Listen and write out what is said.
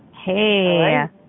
Hey